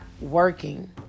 working